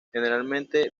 generalmente